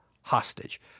hostage